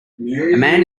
man